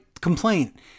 complaint